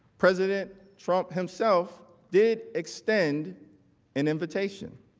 president trump himself did extend an invitation.